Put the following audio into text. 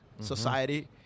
society